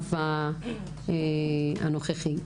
המצב הנוכחי.